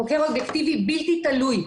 חוקר אובייקטיבי בלתי תלוי.